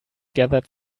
gathered